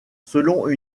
selon